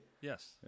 Yes